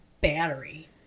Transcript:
battery